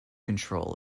control